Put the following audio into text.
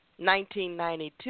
1992